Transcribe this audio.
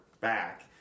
back